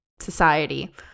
society